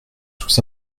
sous